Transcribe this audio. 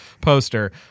poster